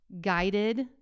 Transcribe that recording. guided